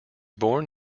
born